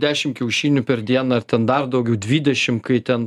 dešim kiaušinių per dieną ar ten dar daugiau dvidešim kai ten